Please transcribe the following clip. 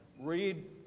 read